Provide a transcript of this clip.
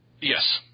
Yes